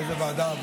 איזו ועדה?